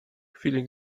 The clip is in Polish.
chwili